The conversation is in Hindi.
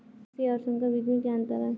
देशी और संकर बीज में क्या अंतर है?